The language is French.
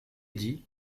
dit